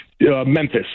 Memphis